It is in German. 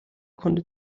konnte